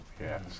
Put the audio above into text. Yes